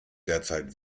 derzeit